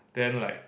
then like